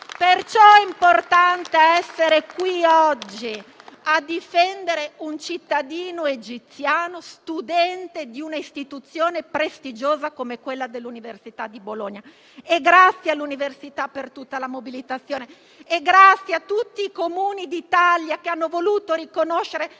Perciò è importante essere qui oggi a difendere un cittadino egiziano studente di un'istituzione prestigiosa come l'Università di Bologna. Grazie all'università per tutta la mobilitazione e a tutti i Comuni d'Italia che hanno voluto riconoscere